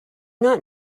not